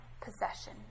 possession